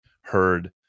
heard